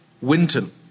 Winton